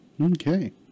Okay